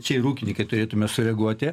čia ir ūkininkai turėtume sureaguoti